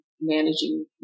managing